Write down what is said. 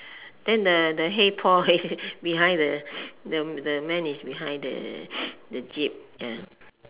then the the hey paul behind the the the man is behind the jeep ya